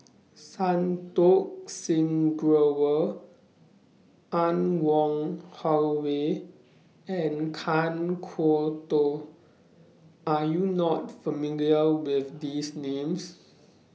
Santokh Singh Grewal Anne Wong Holloway and Kan Kwok Toh Are YOU not familiar with These Names